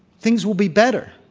things will be better.